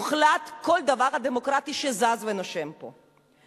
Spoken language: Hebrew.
מוחלט, כל דבר דמוקרטי שזז ונושם פה.